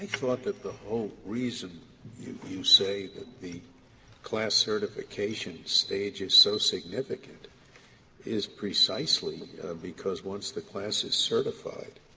thought that the whole reason you you say that the class certification stage is so significant is precisely because once the class is certified,